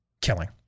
killing